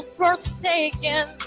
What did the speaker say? forsaken